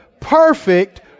perfect